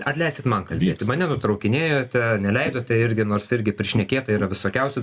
ar leisit man kalbėti mane nutraukinėjote neleidote irgi nors irgi prišnekėta yra visokiausių